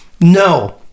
no